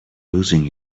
losing